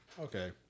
Okay